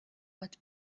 what